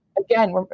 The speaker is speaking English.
Again